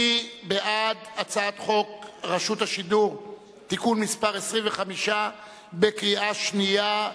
מי בעד הצעת חוק רשות השידור (תיקון מס' 25) בקריאה שנייה?